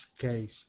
case